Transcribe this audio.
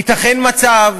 ייתכן מצב